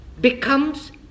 becomes